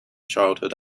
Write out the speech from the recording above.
childhood